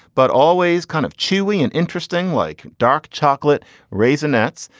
but always kind of chewy and interesting like dark chocolate raisin nets.